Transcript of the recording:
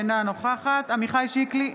אינה נוכחת עמיחי שיקלי,